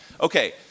Okay